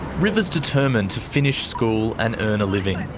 river is determined to finish school and earn a living.